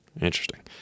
Interesting